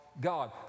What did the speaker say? God